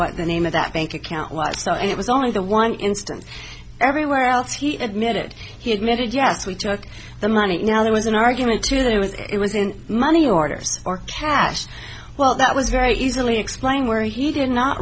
what the name of that bank account was so it was only the one instance everywhere else he admitted he admitted yes we took the money now there was an argument to that it was it was in money orders or cash well that was very easily explained where he did not